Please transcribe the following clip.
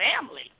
family